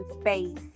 space